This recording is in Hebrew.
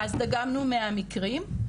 אז דגמנו מהמקרים,